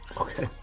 Okay